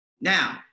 Now